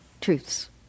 Truths